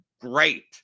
great